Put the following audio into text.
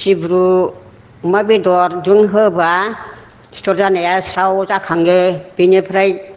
सिब्रु अमा बेदरजों होब्ला सिथर जानाया स्राव जाखाङो बिनिफ्राय